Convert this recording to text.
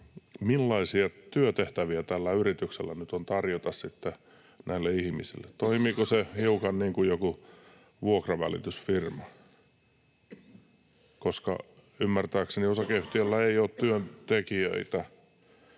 millaisia työtehtäviä tällä yrityksellä sitten on tarjota näille ihmisille? Toimiiko se hiukan niin kuin joku vuokravälitysfirma? Ymmärtääkseni osakeyhtiöllä ei ole työntekijöitä.